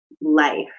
life